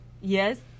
Yes